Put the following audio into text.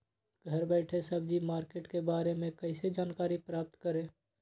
घर बैठे सब्जी मार्केट के बारे में कैसे जानकारी प्राप्त करें?